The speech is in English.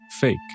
fake